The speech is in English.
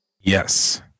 Yes